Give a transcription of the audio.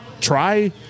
try